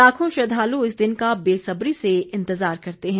लाखों श्रद्वालु इस दिन का बेसब्री से इंतजार करते हैं